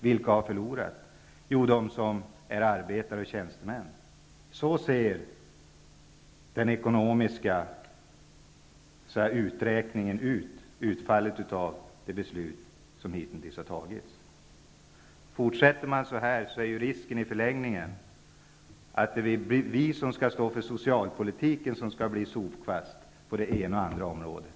Vilka har förlorat? Jo, de som är arbetare och tjänstemän. Så ser det ekonomiska utfallet ut av de beslut som hitintills har fattats. Om regeringen fortsätter så här, är i förlängningen risken att vi i riksdagen får stå för socialpolitiken och agera sopkvast på det ena och andra området.